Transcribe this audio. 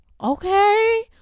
Okay